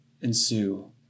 ensue